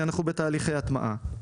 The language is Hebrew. ואנחנו בתהליכי הטמעה.